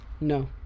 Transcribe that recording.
no